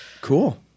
cool